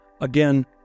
Again